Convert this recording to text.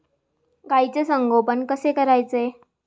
गाईचे संगोपन कसे करायचे?